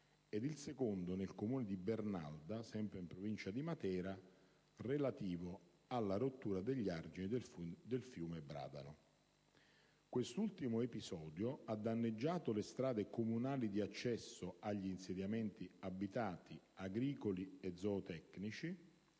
e il secondo nel comune di Bernalda, sempre in provincia di Matera, relativo alla rottura degli argini del fiume Bradano. Quest’ultimo evento ha danneggiato le strade comunali di accesso agli insediamenti abitati, agricoli e zootecnici